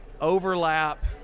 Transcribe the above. overlap